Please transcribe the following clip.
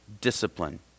discipline